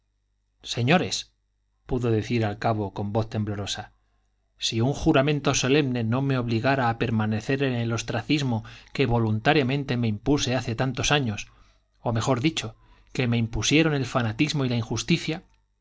espalda señores pudo decir al cabo con voz temblorosa si un juramento solemne no me obligara a permanecer en el ostracismo que voluntariamente me impuse hace tantos años o mejor dicho que me impusieron el fanatismo y la injusticia